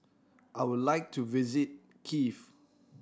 I would like to visit Kiev